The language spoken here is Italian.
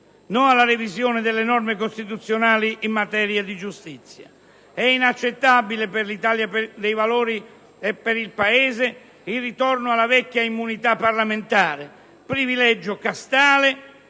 no alla revisione delle norme costituzionali in materia di giustizia. È inaccettabile per l'Italia dei Valori e per il Paese il ritorno alla vecchia immunità parlamentare, privilegio castale